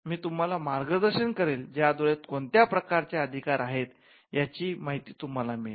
मी तुम्हाला मार्गदर्शन करेन ज्याद्वारे कोणत्या प्रकारचे अधिकार आहेत याची माहिती तुम्हला मिळेल